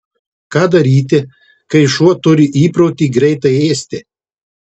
ką daryti kai šuo turi įprotį greitai ėsti